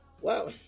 Wow